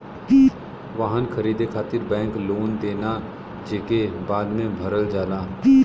वाहन खरीदे खातिर बैंक लोन देना जेके बाद में भरल जाला